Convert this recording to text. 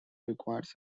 requires